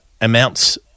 amounts